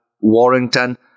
Warrington